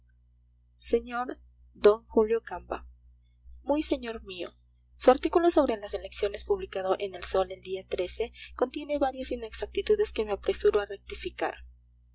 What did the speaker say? sr d julio camba muy señor mío su artículo sobre las elecciones publicado en el sol del día contiene varias inexactitudes que me apresuro